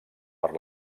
per